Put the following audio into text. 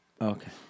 Okay